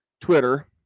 twitter